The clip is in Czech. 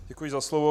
Děkuji za slovo.